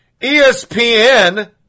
ESPN